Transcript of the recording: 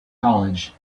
college